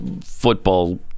football